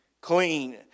clean